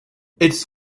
its